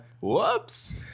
Whoops